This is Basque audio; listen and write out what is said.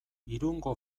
irungo